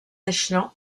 échelon